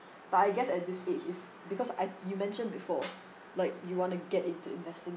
but I guess at this age if because I you mentioned before like you want to get into investing